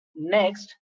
next